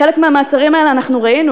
חלק מהמעצרים האלה אנחנו ראינו.